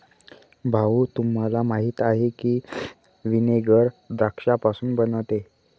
भाऊ, तुम्हाला माहीत आहे की व्हिनेगर द्राक्षापासून बनते